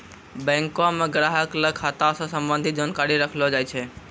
बैंको म ग्राहक ल खाता स संबंधित जानकारी रखलो जाय छै